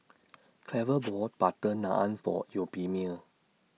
Cleva bought Butter Naan For Euphemia